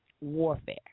warfare